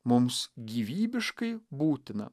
mums gyvybiškai būtina